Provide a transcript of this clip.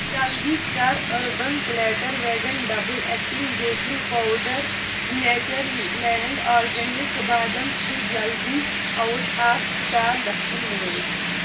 جَلدی کَر Urban Platter vegan double acting baking powder Nature Land organic بادَم چھِ جَلدی آوُٹ آف سِٹاک گَژھن وٲلۍ